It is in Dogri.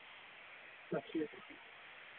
अच्छा